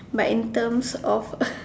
but in terms of